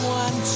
one